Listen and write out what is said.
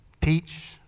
teach